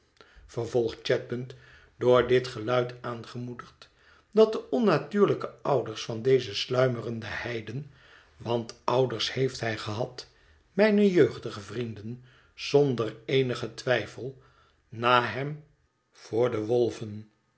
vervolgt chadband door dit geluid aangemoedigd dat de onnatuurlijke ouders van dezen sluimerenden heiden want ouders heeft hij gehad mijne jeugdige vrienden zonder eenigen twijfel na hem voor de wolven